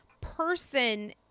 person